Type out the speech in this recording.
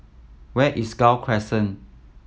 where is Gul Crescent